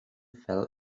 fell